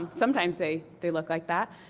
um sometimes they they look like that.